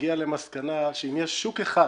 הגיעה למסקנה שאם יש שוק אחד